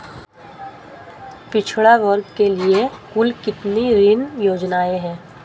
पिछड़ा वर्ग के लिए कुल कितनी ऋण योजनाएं हैं?